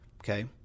Okay